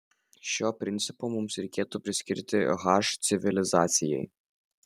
šio principo mus reikėtų priskirti h civilizacijai